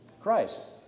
Christ